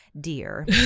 Dear